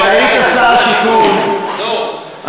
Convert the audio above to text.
כשהיית שר השיכון אתה,